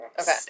Okay